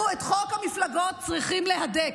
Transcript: אנחנו את חוק המפלגות צריכים להדק.